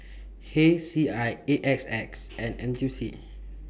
H C I A X S and N T U C